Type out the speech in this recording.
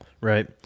Right